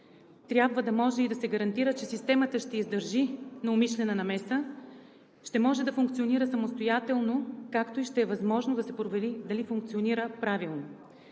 Трябва да може и да се гарантира, че системата ще издържи на умишлена намеса, ще може да функционира самостоятелно, както и ще е възможно да се провери дали функционира правилно.